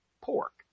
pork